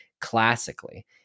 classically